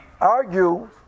Argue